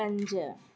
पंज